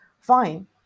fine